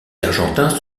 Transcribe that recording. argentins